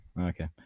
Okay